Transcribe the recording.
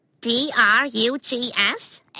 D-R-U-G-S